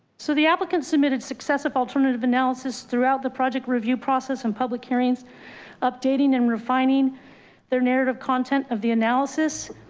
so the applicant submitted successive alternative analysis throughout the project review process and public hearings updating and refining their narrative content of the analysis,